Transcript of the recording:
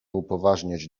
upoważniać